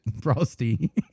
frosty